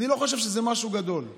אני לא חושב שזה משהו גדול.